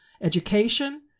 education